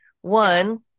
one